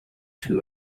two